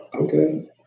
Okay